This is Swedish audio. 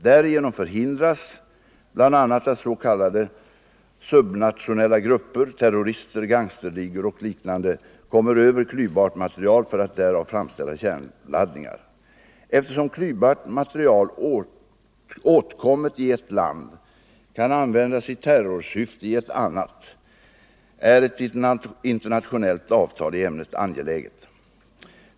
Därigenom förhindras bl.a. att s.k. sub-nationella grupper — terrorister, gangsterligor och liknande - kommer över klyvbart material för att därav framställa kärnladdningar. Eftersom klyvbart material åtkommet i ett land kan användas i terrorsyfte i ett annat, är ett internationellt avtal i ämnet angeläget.